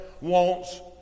wants